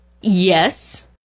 Yes